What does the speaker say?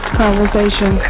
conversation